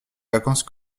vacances